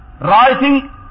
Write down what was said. writing